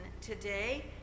today